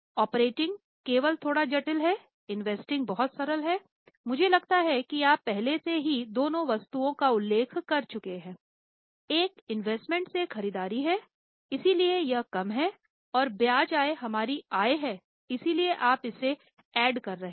operating की खरीदी है इसलिए यह कम है और ब्याज आय हमारी आय है इसलिए आप इसे ऐंड कर रहे हैं